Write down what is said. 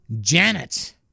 Janet